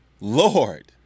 Lord